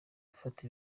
dufata